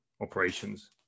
operations